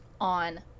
on